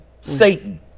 satan